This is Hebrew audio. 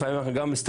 לפעמים אני גם מסתבך,